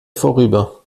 vorüber